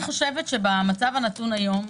במצב הנתון היום,